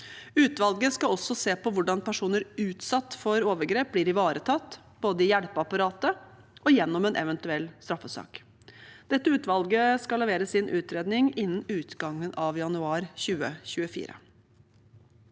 Utvalget skal også se på hvordan personer utsatt for overgrep blir ivaretatt, både i hjelpeapparatet og gjennom en eventuell straffesak. Dette utvalget skal levere sin utredning innen utgangen av januar 2024.